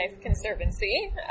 Conservancy